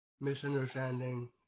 misunderstanding